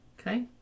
Okay